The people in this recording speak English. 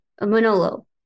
Manolo